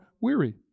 weary